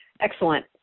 Excellent